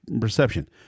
perception